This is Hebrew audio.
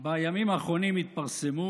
בימים האחרונים התפרסמו